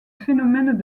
phénomène